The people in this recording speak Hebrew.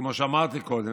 כמו שאמרתי קודם,